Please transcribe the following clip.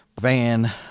Van